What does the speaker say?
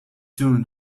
soon